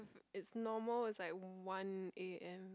it's normal it's like one a_m